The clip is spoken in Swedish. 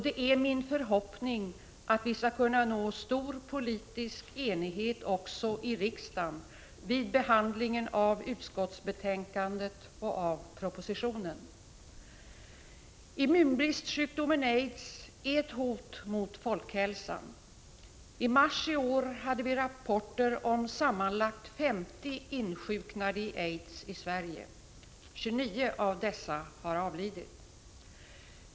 Det är min förhoppning att vi skall kunna nå stor politisk enighet också i riksdagen vid behandlingen av utskottets betänkande och av propositionen. Immunbristsjukdomen aids är ett hot mot folkhälsan. I mars i år hade vi fått in rapporter om sammanlagt 50 insjuknade i aids i Sverige. 29 av dessa har avlidit.